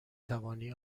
توانی